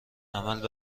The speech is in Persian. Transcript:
عمل